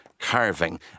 Carving